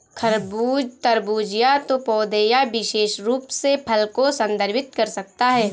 खरबूज, तरबूज या तो पौधे या विशेष रूप से फल को संदर्भित कर सकता है